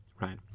right